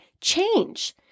change